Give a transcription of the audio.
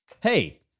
Hey